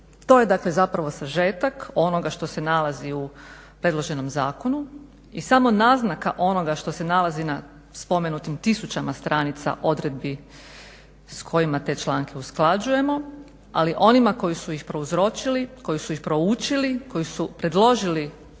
dakle, zapravo sažetak onoga što se nalazi u predloženom zakonu i samo naznaka onoga što se nalazi na spomenutim tisućama stranica odredbi s kojima te članke usklađujemo. Ali onima koji su ih proučili, koji su predložili